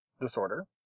disorder